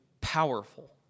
powerful